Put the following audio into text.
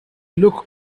look